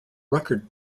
record